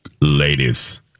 ladies